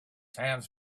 hands